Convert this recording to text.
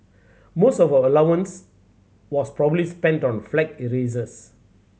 most of allowance was probably spent on flag erasers